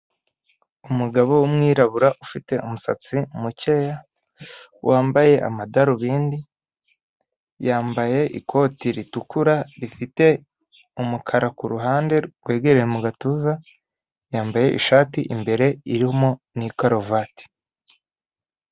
Umugabo w’ umwirabura ufite umusatsi mukeya wambaye ama darubindi yambaye ikoti ritukura rifite umukara kuruhande rwegereye mu gatuza yambaye ishati imbere irimo ni karuvati.